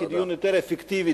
כדיון יותר אפקטיבי,